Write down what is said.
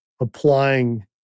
applying